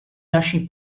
naší